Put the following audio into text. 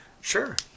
Sure